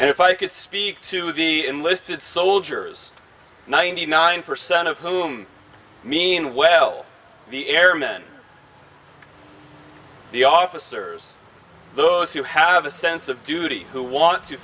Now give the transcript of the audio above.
and if i could speak to the enlisted soldiers ninety nine percent of whom i mean well the airmen the officers those who have a sense of duty who want to